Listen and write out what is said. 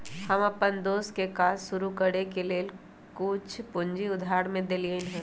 हम अप्पन दोस के काज शुरू करए के लेल कुछ पूजी उधार में देलियइ हन